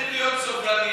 צריכים להיות סובלניים.